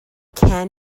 can